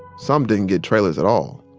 some didn't get trailers at all.